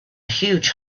huge